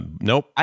nope